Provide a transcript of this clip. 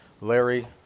Larry